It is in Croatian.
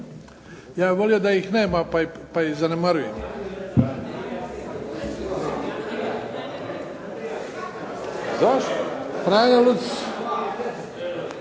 Ja bih volio da ih nema, pa ih zanemarujem. Franjo Lucić.